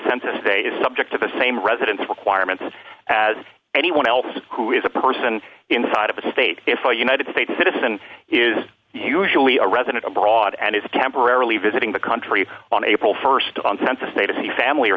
census day is subject to the same residency requirements as anyone else who is a person inside of a state if a united states citizen is usually a resident abroad and is temporarily visiting the country on april st on census state of the family or